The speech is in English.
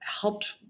helped